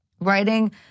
writing